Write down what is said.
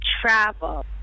travel